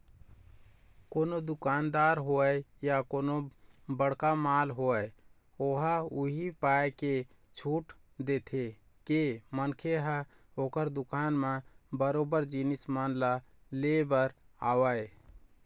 कोनो दुकानदार होवय या कोनो बड़का मॉल होवय ओहा उही पाय के छूट देथे के मनखे ह ओखर दुकान म बरोबर जिनिस मन ल ले बर आवय